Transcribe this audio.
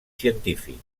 científic